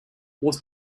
was